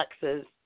Texas